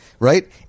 Right